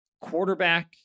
quarterback